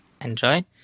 enjoy